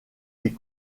des